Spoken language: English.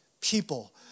people